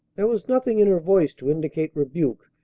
there was nothing in her voice to indicate rebuke,